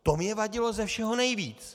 To mně vadilo ze všeho nejvíc.